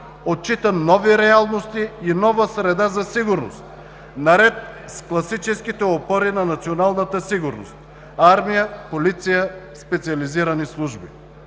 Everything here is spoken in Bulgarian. отчита нови реалности и нова среда за сигурност, наред с класическите опори на националната сигурност – армия, полиция, специализирани служби.